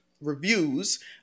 reviews